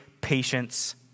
patience